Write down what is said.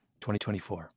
2024